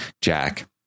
Jack